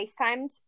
FaceTimed